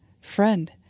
Friend